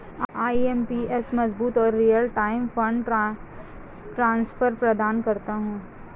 IMPS मजबूत और real time fund transfer प्रदान करता है